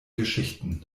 geschichten